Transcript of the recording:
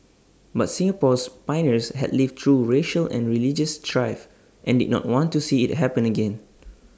but Singapore's pioneers had lived through racial and religious strife and did not want to see IT happen again